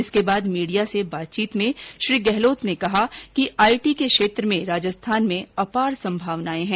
इसके बाद मीडिया से बातचीत में श्री गहलोत ने कहा कि आईटी के क्षेत्र में राजस्थान में अपार संभावनाए हैं